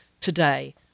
today